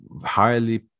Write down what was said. highly